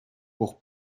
pour